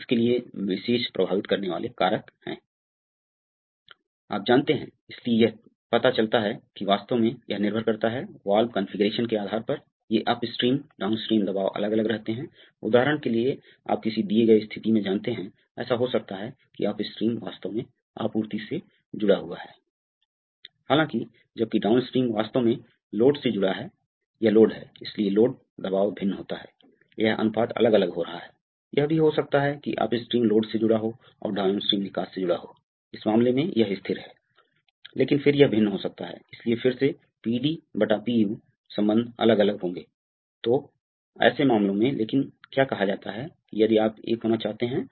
तो अब यह दबाव नहीं बन सकता है अतः अब यहाँ दबाव बनता है अतः यहाँ दबाव बनता है अतः यहाँ दबाव भी बनता है और यह अब सिलेंडर को नीचे धकेलता है लेकिन इस बार कोई नोड नहीं है जिससे इसे गुजरना पड़ता है अतः जबकि सिलेंडर H नीचे आ रहा है वहाँ हमेशा एक पीछे की ओर दबाव होता है यह टैंक से जुड़ा नहीं है क्योंकि यह इस से नहीं गुजर रहा है यह राहत वाल्व से गुजर रहा है